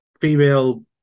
female